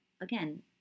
again